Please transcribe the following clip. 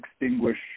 extinguish